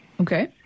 Okay